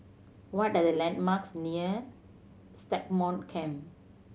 what are the landmarks near Stagmont Camp